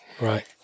Right